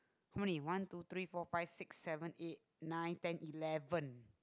how many one two three four five six seven eight nine ten eleven